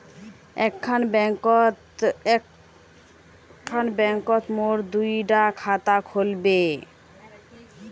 एक खान बैंकोत मोर दुई डा खाता खुल बे?